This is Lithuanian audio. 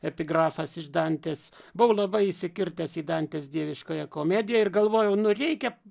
epigrafas iš dantės buvau labai įsikirtęs į dantės dieviškąją komediją ir galvojau nu reikia